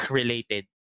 related